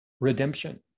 redemption